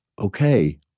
okay